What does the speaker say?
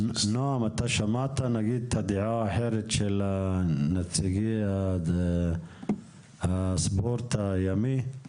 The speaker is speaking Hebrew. אתה שמעת את הדעה האחרת של נציגי הדייג הספורטיבי?